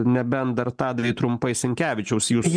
nebent dar tadai jei trumpai sinkevičiaus jūs